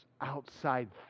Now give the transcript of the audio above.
outside